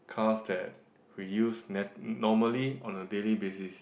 cars that we use na~ normally on a daily basis